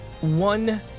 One